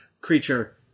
Creature